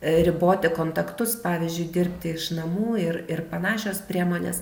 riboti kontaktus pavyzdžiui dirbti iš namų ir ir panašios priemonės